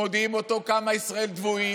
מודיעים אותו כמה ישראל דוויים,